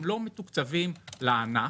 הם לא מתוקצבים לענף,